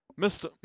Mr